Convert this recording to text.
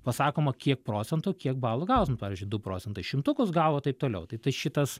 pasakoma kiek procentų kiek balų gautum pavyzdžiui du procentai šimtukus gavo taip toliau tai tai šitas